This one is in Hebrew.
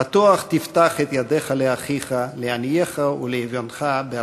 "פתֹח תפתח את ידך לאחיך ולעניֶךָ ולאביֹנך בארצך".